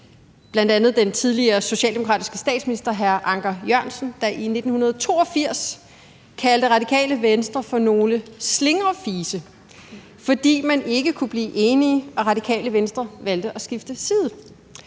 mange, bl.a. den tidligere socialdemokratiske statsminister Anker Jørgensen, der i 1982 kaldte Radikale Venstre for nogle slingrefise, fordi man ikke kunne blive enige, og Det Radikale Venstre valgte at skifte side.